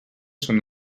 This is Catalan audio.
són